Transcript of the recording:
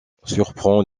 surprend